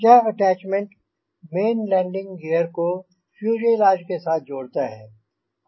यह attachment main landing gear को fuselage के साथ जोड़ता हाई